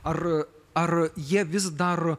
ar ar jie vis dar